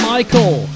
Michael